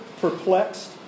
perplexed